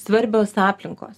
svarbios aplinkos